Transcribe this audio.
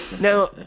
Now